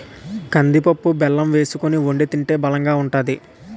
కందిపప్పు బెల్లం వేసుకొని వొండి తింటే బలంగా ఉంతాది